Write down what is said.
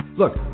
look